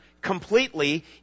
completely